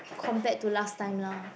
compared to last time lah